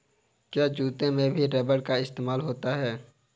क्या जूतों में भी रबर का इस्तेमाल होता है?